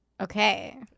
Okay